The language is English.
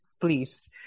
please